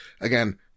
again